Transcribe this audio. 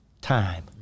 time